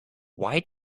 why